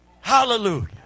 Hallelujah